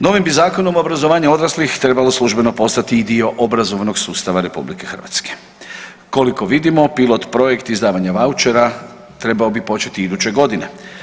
Novim bi Zakonom obrazovanja odraslih trebalo službeno postati i dio obrazovnog sustava RH koliko vidimo, pilot projekt izdavanja vaučera trebao bi početi iduće godine.